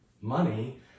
money